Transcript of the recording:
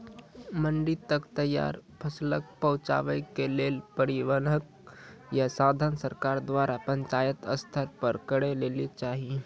मंडी तक तैयार फसलक पहुँचावे के लेल परिवहनक या साधन सरकार द्वारा पंचायत स्तर पर करै लेली चाही?